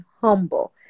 humble